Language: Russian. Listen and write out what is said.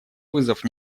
вызов